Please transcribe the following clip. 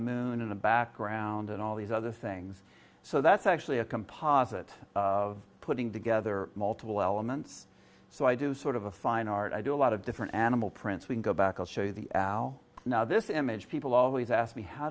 moon in the background and all these other things so that's actually a composite of putting together multiple elements so i do sort of a fine art i do a lot of different animal prints we go back i'll show you the how now this image people always ask me how